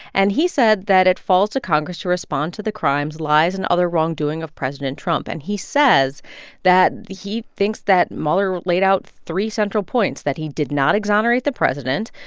and he said that it falls to congress to respond to the crimes, lies and other wrongdoing of president trump. and he says that he thinks that mueller laid out three central points that he did not exonerate the president,